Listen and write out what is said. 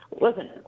Listen